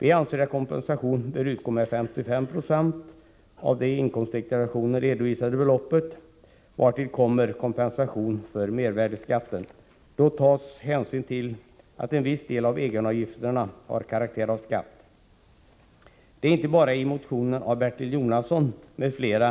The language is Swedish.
Vi anser att kompensationen bör utgå med 55 96 av det i inkomstdeklarationen redovisade beloppet, vartill kommer kompensation för mervärdeskatten. Då tas hänsyn till att en viss del av egenavgifterna har karaktär av skatt. Det är inte bara motionen av Bertil Jonasson m.fl.